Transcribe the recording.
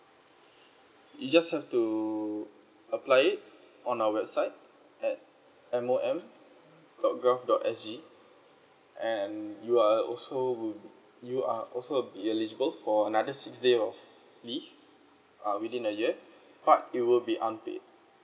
you just have to apply it on our website at M_O_M dot gov dot S_G and you are also w~ you are also be eligible for another six days of leave within a yet but you will be unpaid